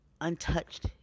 untouched